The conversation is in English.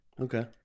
Okay